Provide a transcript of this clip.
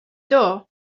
door